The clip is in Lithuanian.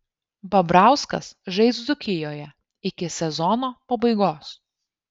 babrauskas žais dzūkijoje iki sezono pabaigos